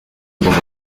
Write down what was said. agomba